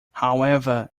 however